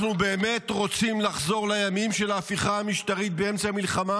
אנחנו באמת רוצים לחזור לימים של ההפיכה המשטרית באמצע מלחמה?